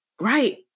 Right